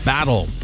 Battle